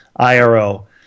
IRO